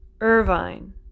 Irvine